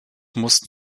mussten